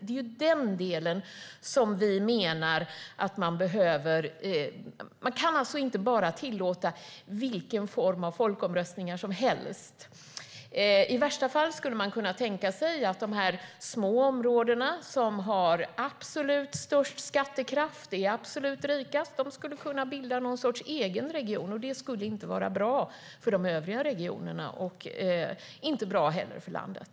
Vi behöver det, och då kan vi inte tillåta vilken form av folkomröstningar som helst. I värsta fall skulle de områden som har störst skattekraft och är rikast kunna bilda en egen region. Det skulle inte vara bra för de övriga regionerna eller för landet.